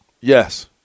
Yes